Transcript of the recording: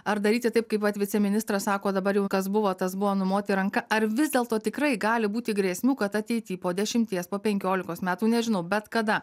ar daryti taip kaip vat viceministras sako dabar jau kas buvo tas buvo numoti ranka ar vis dėlto tikrai gali būti grėsmių kad ateity po dešimties po penkiolikos metų nežinau bet kada